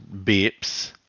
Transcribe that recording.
beeps